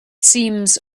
seems